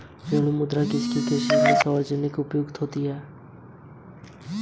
रेगुड़ मृदा किसकी कृषि के लिए सर्वाधिक उपयुक्त होती है?